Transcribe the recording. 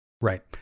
right